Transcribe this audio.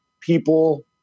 people